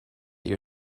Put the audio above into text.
your